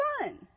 fun